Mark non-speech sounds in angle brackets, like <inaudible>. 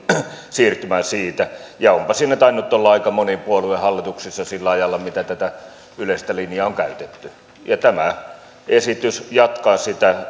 siitä ja onpa siinä tainnut olla aika moni puolue hallituksessa sillä ajalla mitä tätä yleistä linjaa on käytetty tämä esitys jatkaa sitä <unintelligible>